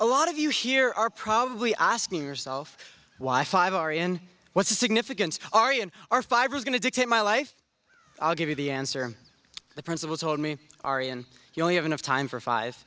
a lot of you here are probably asking yourself why five are in what's the significance are you and are five years going to dictate my life i'll give you the answer the principal told me ari and you only have enough time for five